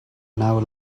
now